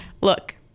Look